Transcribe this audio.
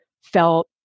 felt